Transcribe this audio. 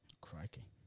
Crikey